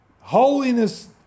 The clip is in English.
holiness